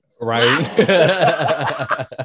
Right